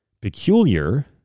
peculiar